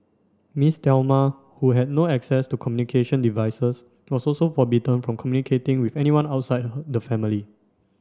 Miss Thelma who had no access to communication devices was also forbidden from communicating with anyone outside the family